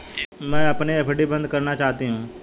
मैं अपनी एफ.डी बंद करना चाहती हूँ